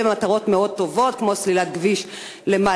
גם אם הן מטרות מאוד טובות כמו סלילת כביש למעלה-אדומים,